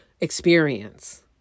experience